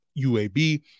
UAB